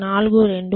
35 ఇది 0